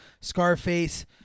Scarface